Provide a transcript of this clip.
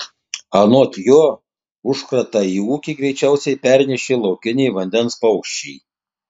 anot jo užkratą į ūkį greičiausiai pernešė laukiniai vandens paukščiai